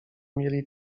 mieli